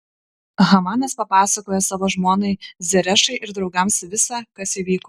hamanas papasakojo savo žmonai zerešai ir draugams visa kas įvyko